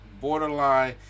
borderline